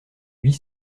huit